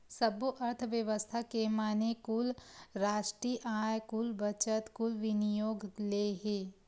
सब्बो अर्थबेवस्था के माने कुल रास्टीय आय, कुल बचत, कुल विनियोग ले हे